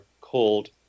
called